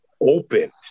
opened